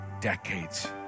decades